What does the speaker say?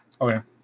Okay